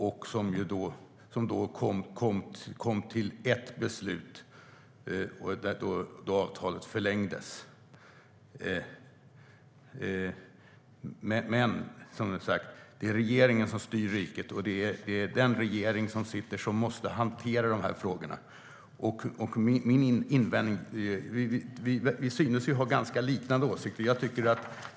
Regeringen kom till ett beslut då avtalet förlängdes. Det är regeringen som styr riket. Det är den regering som sitter som måste hantera frågorna. Vi synes ha ganska liknande åsikter.